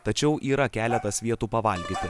tačiau yra keletas vietų pavalgyti